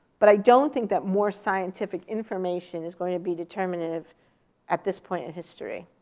but i don't think that more scientific information is going to be determinative at this point in history.